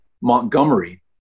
Montgomery